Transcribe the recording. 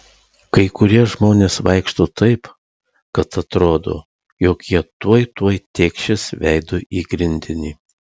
kai kurie žmonės vaikšto taip kad atrodo jog jie tuoj tuoj tėkšis veidu į grindinį